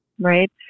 right